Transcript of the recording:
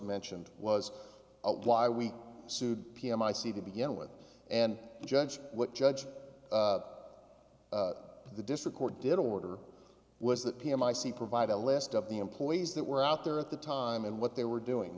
mentioned was why we sued p m i c to begin with and judge what judge the district court did order was that p m i see provide a list of the employees that were out there at the time and what they were doing